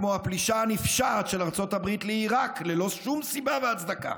כמו הפלישה הנפשעת של ארצות הברית לעיראק ללא שום סיבה והצדקה.